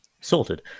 sorted